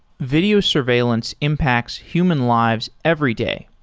video surveillance impacts human lives every day.